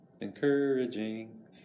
encouraging